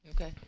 okay